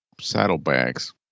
saddlebags